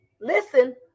Listen